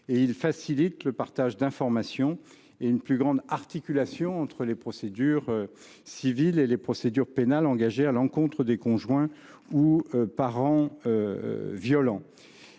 Ils facilitent le partage d’informations et une plus grande articulation entre les procédures civiles et les procédures pénales engagées à l’encontre des conjoints ou parents violents.